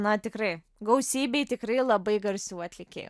na tikrai gausybėj tikrai labai garsių atlikėjų